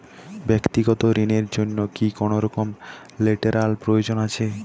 ব্যাক্তিগত ঋণ র জন্য কি কোনরকম লেটেরাল প্রয়োজন আছে?